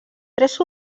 tres